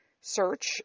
search